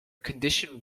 condition